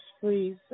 please